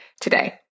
today